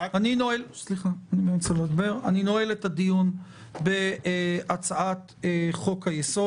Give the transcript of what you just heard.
אני נועל את הדיון בהצעת חוק-היסוד.